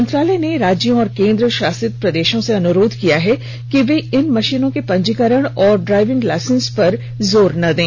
मंत्रालय ने राज्यों और केन्द्रशासित प्रदेशों से अनुरोध किया है कि वे इन मशीनों के पंजीकरण और ड्राइविंग लाइसेंस पर जोर न दें